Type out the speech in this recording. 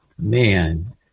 Man